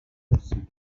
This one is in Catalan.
potser